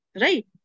right